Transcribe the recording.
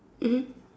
mmhmm